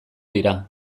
dira